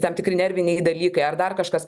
tam tikri nerviniai dalykai ar dar kažkas